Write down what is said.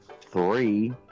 three